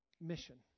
mission